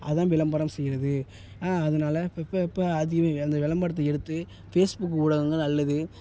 அதுதான் விளம்பரம் செய்யறது அதனால இப்போ இப்போ அது அந்த விளம்பரத்த எடுத்து ஃபேஸ்புக் ஊடகங்கள் அல்லது